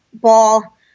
ball